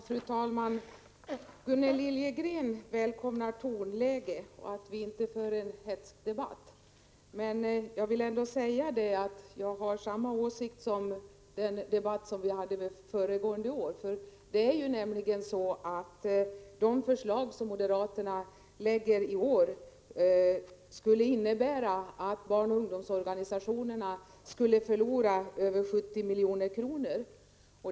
Fru talman! Gunnel Liljegren välkomnade tonläget i debatten och uppskattade att vi inte för en hätsk debatt. Jag vill ändå säga att jag har samma åsikt i denna debatt som vid den debatt vi förde föregående år. De förslag som moderaterna lagt fram i år skulle nämligen innebära att barnoch ungdomsorganisationerna förlorade över 70 milj.kr.